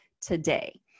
today